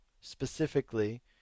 specifically